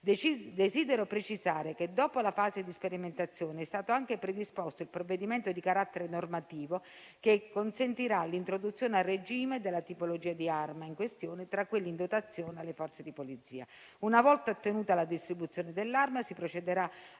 Desidero precisare che, dopo la fase di sperimentazione, è stato anche predisposto il provvedimento di carattere normativo che consentirà l'introduzione a regime della tipologia di arma in questione tra quelle in dotazione alle Forze di polizia. Una volta ottenuta la distribuzione dell'arma, si procederà